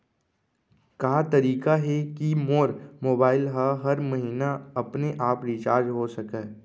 का तरीका हे कि मोर मोबाइल ह हर महीना अपने आप रिचार्ज हो सकय?